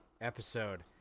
episode